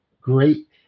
great